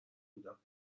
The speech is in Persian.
بودم